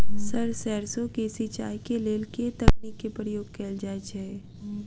Sir सैरसो केँ सिचाई केँ लेल केँ तकनीक केँ प्रयोग कैल जाएँ छैय?